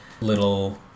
little